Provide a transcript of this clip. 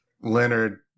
Leonard